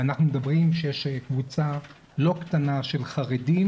ואנחנו מדברים על כך שיש קבוצה לא קטנה של חרדים